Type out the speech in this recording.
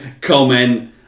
comment